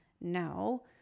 no